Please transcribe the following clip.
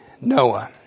Noah